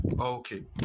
okay